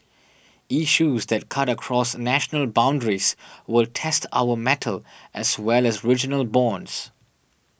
issues that cut across national boundaries will test our mettle as well as regional bonds